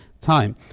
time